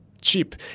cheap